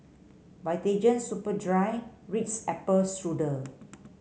Vitagen Superdry and Ritz Apple Strudel